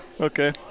okay